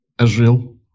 Israel